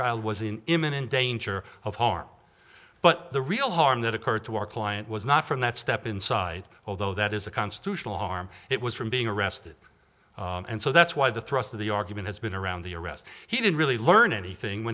child was in imminent danger of harm but the real harm that occurred to our client was not from that step inside although that is a constitutional harm it was from being arrested and so that's why the thrust of the argument has been around the arrest he didn't really learn anything